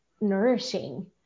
nourishing